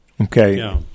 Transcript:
Okay